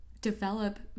develop